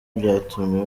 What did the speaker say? byatumye